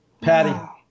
Patty